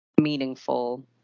meaningful